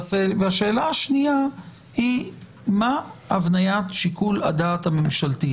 השאלה השנייה היא מה הבניית שיקול הדעת הממשלתי.